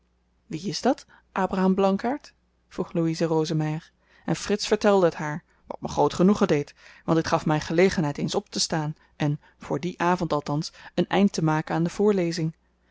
wie is dat abraham blankaart vroeg louise rosemeyer en frits vertelde het haar wat me groot genoegen deed want dit gaf my gelegenheid eens optestaan en voor dien avend althans een eind te maken aan de voorlezing